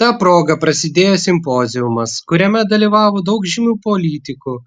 ta proga prasidėjo simpoziumas kuriame dalyvavo daug žymių politikų